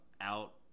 out